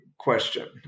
Question